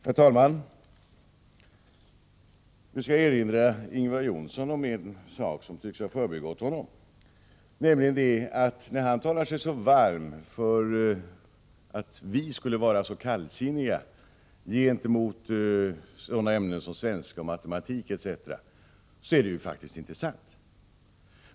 Herr talman! Jag skall erinra Ingvar Johnsson om en sak som tycks ha förbigått honom. Han talar sig varm för att vi skulle vara kallsinniga gentemot sådana ämnen som svenska och matematik, men det är faktiskt inte sant.